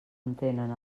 entenen